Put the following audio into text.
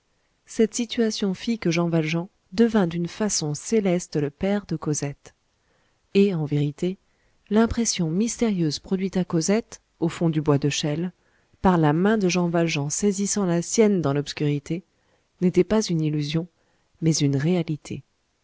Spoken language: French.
cette situation fit que jean valjean devint d'une façon céleste le père de cosette et en vérité l'impression mystérieuse produite à cosette au fond du bois de chelles par la main de jean valjean saisissant la sienne dans l'obscurité n'était pas une illusion mais une réalité